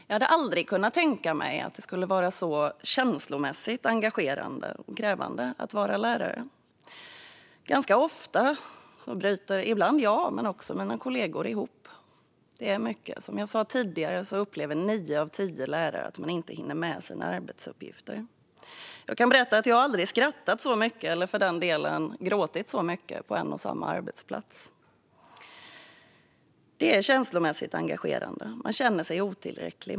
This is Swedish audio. Jag hade aldrig kunnat tänka mig att det skulle vara så känslomässigt engagerande och krävande att vara lärare. Ganska ofta bryter jag och mina kollegor ihop. Det är mycket. Som jag sa tidigare upplever nio av tio lärare att de inte hinner med sina arbetsuppgifter. Jag kan berätta att jag aldrig har skrattat, eller för den delen gråtit, så mycket på en och samma arbetsplats. Det är känslomässigt engagerande. Man känner sig många gånger otillräcklig.